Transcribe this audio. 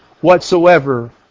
whatsoever